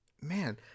man